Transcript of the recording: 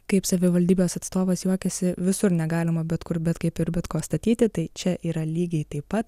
kaip savivaldybės atstovas juokiasi visur negalima bet kur bet kaip ir bet ko statyti tai čia yra lygiai taip pat